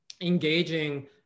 engaging